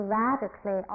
radically